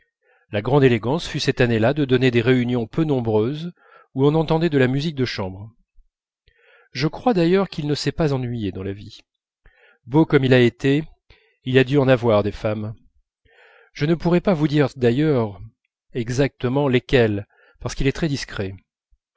la grande élégance fut cette année-là de donner des réunions peu nombreuses où on entendait de la musique de chambre je crois d'ailleurs qu'il ne s'est pas ennuyé dans la vie beau comme il a été il a dû avoir des femmes je ne pourrais pas vous dire d'ailleurs exactement lesquelles parce qu'il est très discret